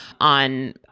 on